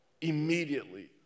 immediately